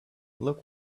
look